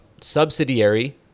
subsidiary